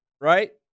Right